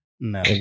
No